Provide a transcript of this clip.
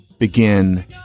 begin